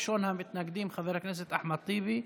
ראשון המתנגדים, חבר הכנסת אחמד טיבי,